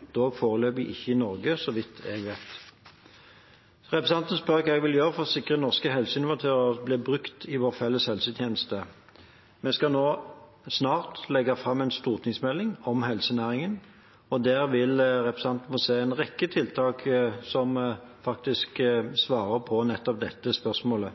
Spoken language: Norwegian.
ikke i Norge, så vidt jeg vet. Representanten spør hva jeg vil gjøre for å sikre at norske helseinnovatører blir brukt i vår felles helsetjeneste. Vi skal nå snart legge fram en stortingsmelding om helsenæringen. Der vil representanten få se en rekke tiltak som faktisk svarer på nettopp dette spørsmålet.